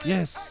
Yes